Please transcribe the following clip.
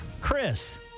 Chris